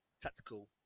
tactical